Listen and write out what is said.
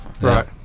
Right